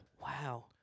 Wow